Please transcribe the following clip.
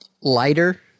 lighter